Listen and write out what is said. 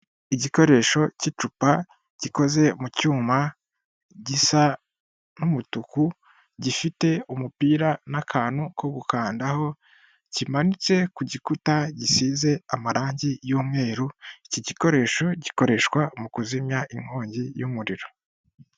Igikoresho cy'icupa gikoze mu cyuma gisa n'umutuku gifite umupira n'akantu ko gukandaho kimanitse ku gikuta gisize amarangi y'umweru, iki gikoresho gikoreshwa mu kuzimya inkongi y'umuriro.